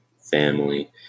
family